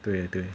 对啊对